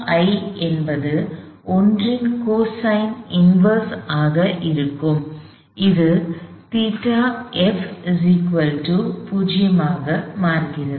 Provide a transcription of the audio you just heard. ϴi என்பது 1 இன் cosine inverse ஆக இருக்கும் இது ϴf 0 ஆக மாறுகிறது